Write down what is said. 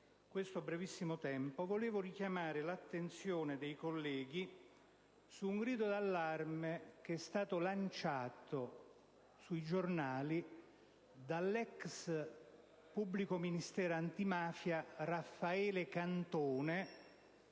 in questo brevissimo tempo vorrei richiamare l'attenzione dei colleghi su un grido d'allarme che è stato lanciato sui giornali dall'ex pubblico ministero antimafia Raffaele Cantone,